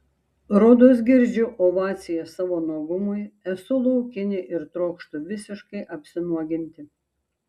rodos girdžiu ovacijas savo nuogumui esu laukinė ir trokštu visiškai apsinuoginti